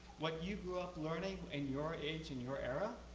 what you grew up learning in your age, in your era,